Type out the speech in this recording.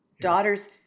daughters